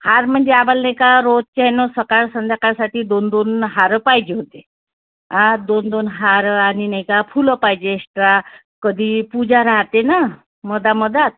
हार म्हणजे आम्हाला नाही का रोजचे आहे नं सकाळ संध्याकाळसाठी दोन दोन हार पाहिजे होते आ दोन दोन हार आणि नाही का फुलं पाहिजे एस्ट्रा कधी पूजा राहते ना मध्येमध्ये